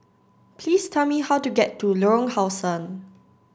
please tell me how to get to Lorong How Sun